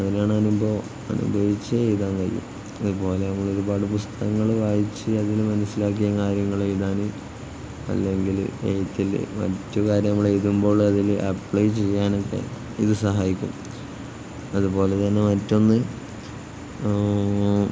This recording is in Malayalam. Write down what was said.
അതിനാണ് അനുഭവം അനുഭവിച്ചേ എഴുതാൻ കഴിയൂ അതുപോലെ നമ്മളൊരുപാട് പുസ്തകങ്ങള് വായിച്ച് അതില് മനസ്സിലാക്കിയ കാര്യങ്ങള് എഴുതാന് അല്ലെങ്കില് എഴുത്തില് മറ്റു കാര്യം നമ്മൾ എഴുതുമ്പോള് അതില് അപ്ലൈ ചെയ്യാനുമൊക്കെ ഇത് സഹായിക്കും അതുപോലെ തന്നെ മറ്റൊന്ന്